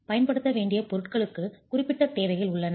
பயன்படுத்த வேண்டிய பொருட்களுக்கு குறிப்பிட்ட தேவைகள் உள்ளன